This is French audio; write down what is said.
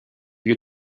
lieu